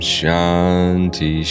Shanti